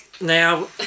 Now